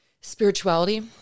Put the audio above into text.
spirituality